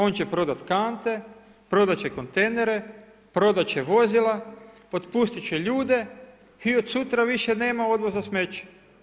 On će prodat kante, prodat će kontejnere, prodat će vozila, otpustit će ljude i od sutra više nema odvoza smeća.